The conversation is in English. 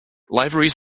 libraries